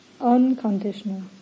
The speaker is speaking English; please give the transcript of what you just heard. Unconditional